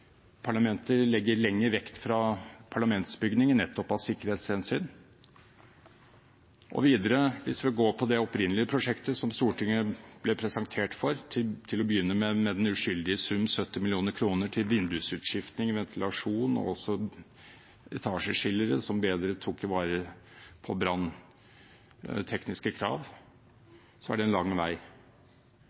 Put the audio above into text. parlamenter legger lenger vekk fra parlamentsbygningen, nettopp av sikkerhetshensyn. Videre, hvis vi går til det opprinnelige prosjektet, som Stortinget ble presentert for til å begynne med, med den uskyldige sum på 70 mill. kr til vindusutskifting, ventilasjon og etasjeskillere som bedre ivaretok branntekniske krav, er det en lang vei.